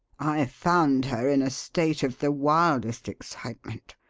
i found her in a state of the wildest excitement,